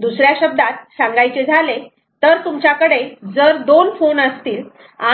दुसऱ्या शब्दात सांगायचे झाले तर तुमच्याकडे जर दोन फोन असतील